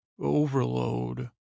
overload